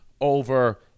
over